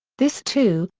this, too,